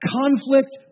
conflict